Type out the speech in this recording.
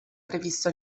previsto